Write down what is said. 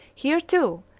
here, too,